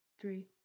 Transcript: three